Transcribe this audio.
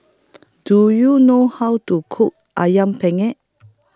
Do YOU know How to Cook Ayam Penyet